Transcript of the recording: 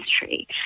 history